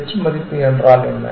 h மதிப்பு என்றால் என்ன